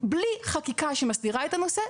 בלי חקיקה שמסדירה את הנושא,